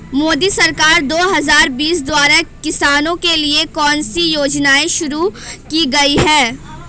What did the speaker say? मोदी सरकार दो हज़ार बीस द्वारा किसानों के लिए कौन सी योजनाएं शुरू की गई हैं?